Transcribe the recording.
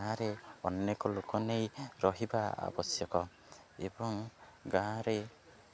ଗାଁରେ ଅନେକ ଲୋକ ନେଇ ରହିବା ଆବଶ୍ୟକ ଏବଂ ଗାଁରେ